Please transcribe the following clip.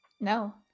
no